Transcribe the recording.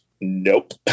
Nope